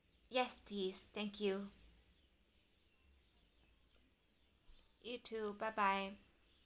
yes please thank you you too bye bye